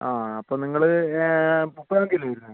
ആ അപ്പം നിങ്ങൾ മുപ്പതാം തീയതി അല്ലേ വരുന്നത്